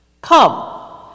Come